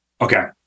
Okay